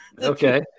Okay